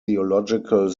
theological